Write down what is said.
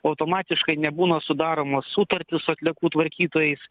automatiškai nebūna sudaromos sutartys su atliekų tvarkytojais